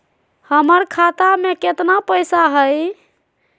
हमर खाता मे केतना पैसा हई?